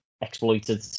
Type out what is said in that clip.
exploited